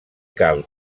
cal